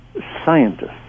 scientists